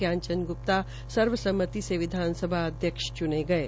जान चंद गुप्ता सर्वसम्मति से विधानसभा अध्यक्ष चुने गये